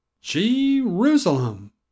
Jerusalem